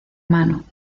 mano